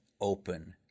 open